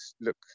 look